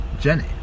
Jenny